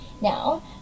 now